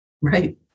Right